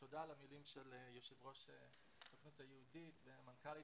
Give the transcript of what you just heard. ותודה על המלים של יושב ראש הסוכנות היהודית ודברי המנכ"לית.